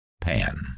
Pan